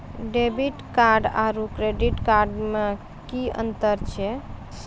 Debit card आरू credit card मे कि अन्तर छैक?